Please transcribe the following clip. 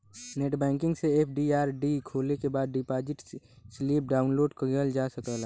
net banking से FD RD खोले के बाद डिपाजिट स्लिप डाउनलोड किहल जा सकला